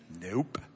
Nope